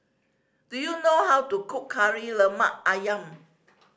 do you know how to cook Kari Lemak Ayam